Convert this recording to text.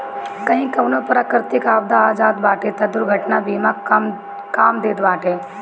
कही कवनो प्राकृतिक आपदा आ जात बाटे तअ दुर्घटना बीमा काम देत बाटे